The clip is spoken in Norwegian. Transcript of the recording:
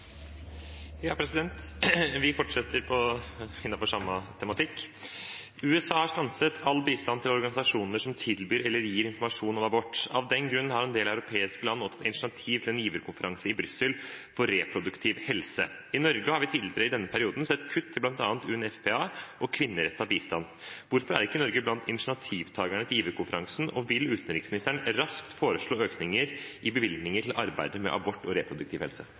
organisasjoner som tilbyr eller gir informasjon om abort. Av den grunn har en del europeiske land nå tatt initiativ til en giverkonferanse i Brussel for reproduktiv helse. I Norge har vi tidligere denne perioden sett kutt til bl.a. UNFPA og kvinneretta bistand. Hvorfor er ikke Norge blant initiativtakerne til giverkonferansen, og vil utenriksministeren raskt foreslå økninger i bevilgninger til arbeidet med abort og reproduktiv helse?»